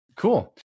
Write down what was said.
Cool